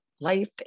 Life